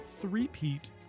three-peat